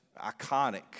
iconic